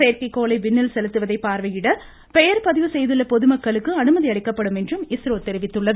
செயற்கைகோளை விண்ணில் செலுத்துவதை பார்வையிட பெயர் பதிவு செய்துள்ள பொதுமக்களுக்கு அனுமதி அளிக்கப்படும் என்றும் இஸ்ரோ தெரிவித்துள்ளது